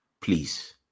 please